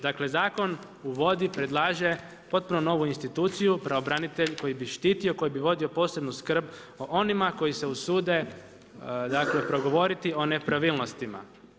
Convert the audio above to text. Dakle, zakon, uvodi, predlaže, potpuno novu instituciju, pravobranitelj, koji bi štitio, koji bi vodio posebnu sud, o onima koji se usude progovoriti o nepravilnostima.